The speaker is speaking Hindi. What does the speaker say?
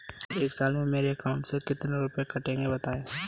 एक साल में मेरे अकाउंट से कितने रुपये कटेंगे बताएँ?